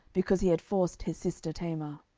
because he had forced his sister tamar.